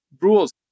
rules